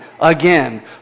again